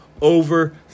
over